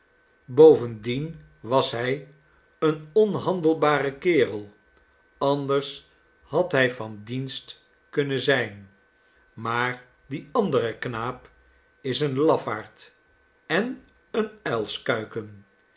bovendien was hij een onhandelbare kerel anders had hij van dienst kunnen zijn maar die andere knaap is een lafaard en een